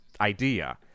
idea